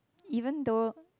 even though